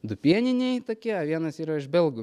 du pieniniai tokie vienas yra iš belgų